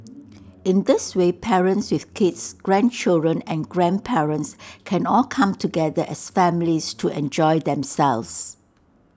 in this way parents with kids grandchildren and grandparents can all come together as families to enjoy themselves